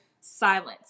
Silence